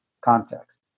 context